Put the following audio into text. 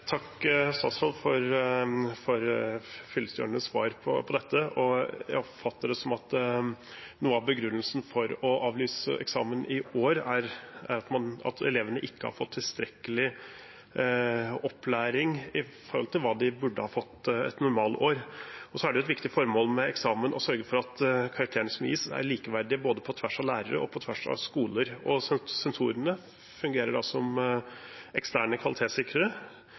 for fyllestgjørende svar på dette. Jeg oppfatter det som at noe av begrunnelsen for å avlyse eksamen i år er at elevene ikke har fått tilstrekkelig opplæring i forhold til hva de burde ha fått i et normalår. Så er et viktig formål med eksamen å sørge for at karakterene som gis, er likeverdige på tvers av lærere og på tvers av skoler. Sensorene fungerer da som eksterne kvalitetssikrere.